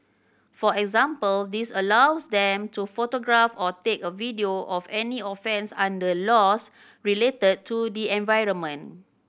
for example this allows them to photograph or take a video of any offence under laws related to the environment